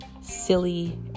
silly